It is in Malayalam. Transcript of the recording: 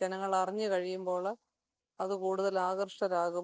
ജനങ്ങളറിഞ്ഞ് കഴിയുമ്പോൾ അത് കൂടുതൽ ആകർഷരാകും